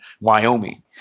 Wyoming